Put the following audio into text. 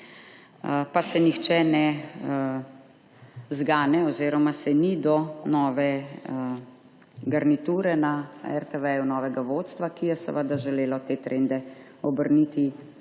pa se nihče ne zgane oziroma se ni do nove garniture na RTV, novega vodstva, ki je seveda želelo te trende obrniti v